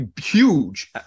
huge